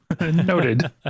noted